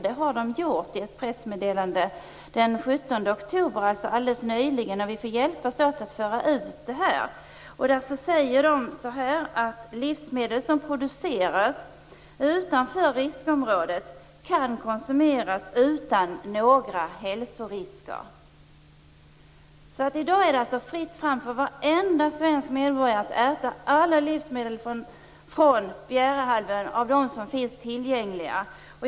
Det har de gjort i ett pressmeddelande den 17 oktober, dvs. alldeles nyligen. Vi får hjälpas åt att föra ut detta. Där säger de att livsmedel som produceras utanför riskområdet kan konsumeras utan några hälsorisker. I dag är det alltså fritt fram för varenda svensk medborgare att äta alla tillgängliga livsmedel från Bjärehalvön.